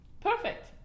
Perfect